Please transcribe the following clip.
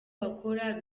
bakora